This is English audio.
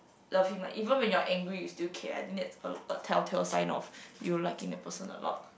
loved him like even when you are angry you still care I think that's a telltale sign of you liking the person a lot